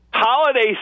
Holiday